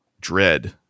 dread